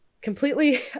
Completely